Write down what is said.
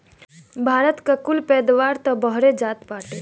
भारत का कुल पैदावार तअ बहरे जात बाटे